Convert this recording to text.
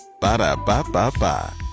Ba-da-ba-ba-ba